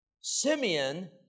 Simeon